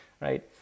right